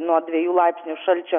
nuo dviejų laipsnių šalčio